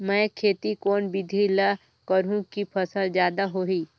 मै खेती कोन बिधी ल करहु कि फसल जादा होही